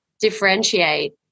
differentiate